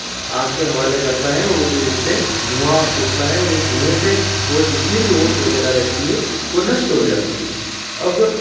आग के हवाले करता है और जो उससे धुआँ उठता है और उस धुएँ से वो जितनी भी ओस वगैरह रेहती है वह नष्ट हो जाती है अब